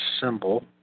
symbol